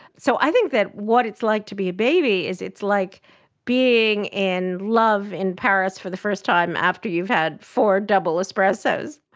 so i think that what it's like to be a baby is it's like being in love in paris for the first time after you've had four double espressos,